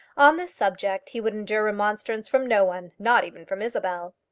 on this subject he would endure remonstrance from no one not even from isabel.